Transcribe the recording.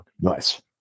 Nice